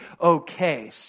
okay